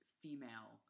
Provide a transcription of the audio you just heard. female